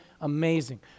amazing